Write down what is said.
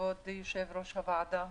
כבוד יושב-ראש הוועדה.